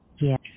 Yes